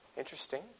Interesting